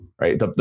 Right